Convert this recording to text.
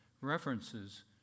references